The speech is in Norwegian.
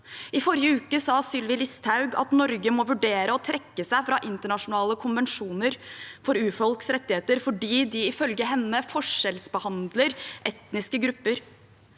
I forrige uke sa Sylvi Listhaug at Norge må vurdere å trekke seg fra internasjonale konvensjoner for urfolks rettigheter, fordi de ifølge henne forskjellsbehandler etniske grupper.